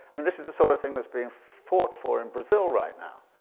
i mean, this is the sort of thing that's being fought for in brazil right now.